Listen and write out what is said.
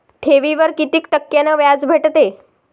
ठेवीवर कितीक टक्क्यान व्याज भेटते?